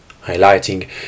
highlighting